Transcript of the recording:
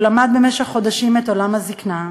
הוא למד במשך חודשים את עולם הזיקנה,